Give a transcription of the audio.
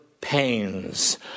pains